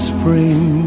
Spring